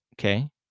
Okay